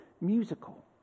musical